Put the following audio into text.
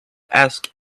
ask